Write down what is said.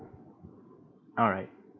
alright